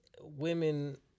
women